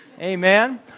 amen